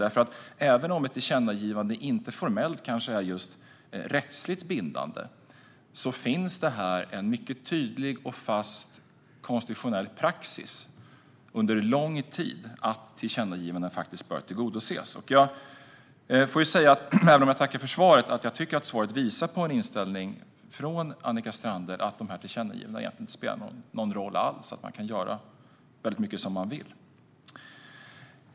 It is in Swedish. Även om ett tillkännagivande inte formellt är rättsligt bindande finns det ju en mycket tydlig och fast konstitutionell praxis under lång tid att tillkännagivanden bör tillgodoses. Även om jag tackar för svaret tycker jag ändå att svaret visar på en inställning från Annika Strandhäll att dessa tillkännagivanden egentligen inte spelar någon roll alls utan att man kan göra väldigt mycket som man vill.